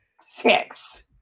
six